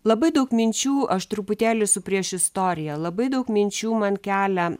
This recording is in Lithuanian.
labai daug minčių aš truputėlį su priešistorija labai daug minčių man kelia